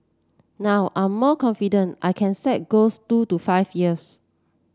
now I'm more confident I can set goals two to five years